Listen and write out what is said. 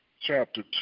chapter